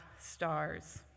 stars